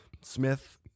Smith